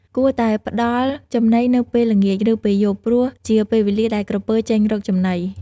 គួរតែផ្តល់ចំណីនៅពេលល្ងាច ឬពេលយប់ ព្រោះជាពេលវេលាដែលក្រពើចេញរកចំណី។